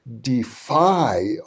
defy